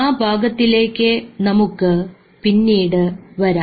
ആ ഭാഗത്തിലേക്ക് നമുക്ക് പിന്നീട് വരാം